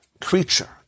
creature